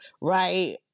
right